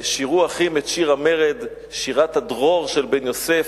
שירו אחים את שיר המרד, שירת הדרור של בן-יוסף,